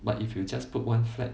but if you just put one flat